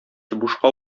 бушка